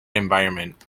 environment